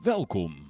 Welkom